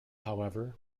however